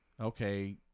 Okay